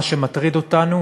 מה שמטריד אותנו